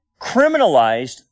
criminalized